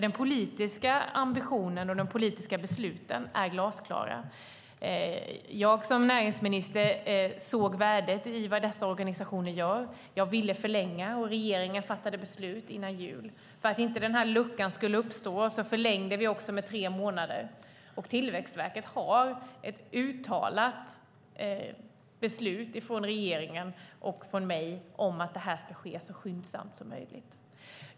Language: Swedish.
Den politiska ambitionen och de politiska besluten är glasklara. Jag som näringsminister såg värdet i vad dessa organisationer gör. Jag ville förlänga, och regeringen fattade beslut före jul. För att inte en lucka skulle uppstå förlängde vi också med tre månader, och Tillväxtverket har ett uttalat beslut från regeringen och från mig om att det här ska ske så skyndsamt som möjligt.